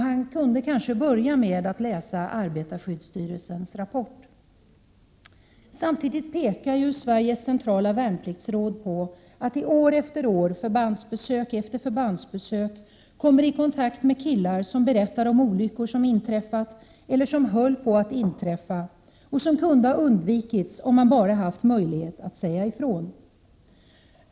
Han kunde ju börja med att läsa arbetarskyddsstyrelsens rapport. Samtidigt pekar Sveriges centrala värnpliktsråd på att man år efter år, förbandsbesök efter förbandsbesök, kommer i kontakt med killar som berättar om olyckor som inträffat eller som höll på att inträffa — och som kunde ha undvikits om man bara haft möjlighet att säga ifrån.